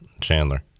Chandler